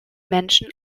menschen